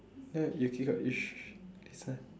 ya you can you sh~ listen